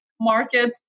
market